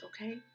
okay